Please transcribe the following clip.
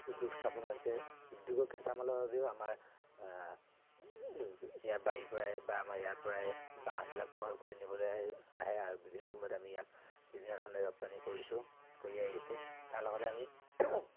উদ্যোগ স্থাপন হৈছে উদ্যোগৰ কেঁচা মালৰ বাবেও আমাৰ ইয়াৰ বাৰীৰ পৰাই বা আমাৰ ইয়াৰ পৰাই বাঁহবিলাক ক্ৰয় কৰি নিবলে আহে আৰু বিভিন্ন সময়ত আমি ইয়াক বিভিন্ন ধৰণে ৰপ্তানি কৰিছোঁ কৰি আহিছোঁ তাৰ লগতে আমি